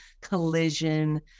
collision